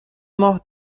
ماه